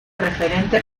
referente